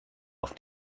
auf